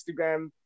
Instagram